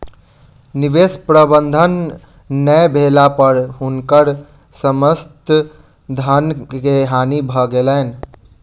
निवेश प्रबंधन नै भेला पर हुनकर समस्त धन के हानि भ गेलैन